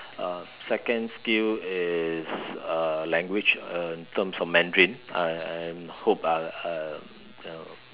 uh second skill is uh language uh in term of Mandarin I I hope I'll you know